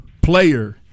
player –